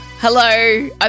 Hello